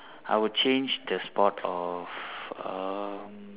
I would change the sport of um